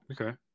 Okay